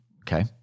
Okay